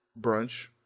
brunch